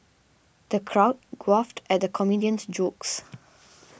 the crowd guffawed at the comedian's jokes